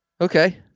Okay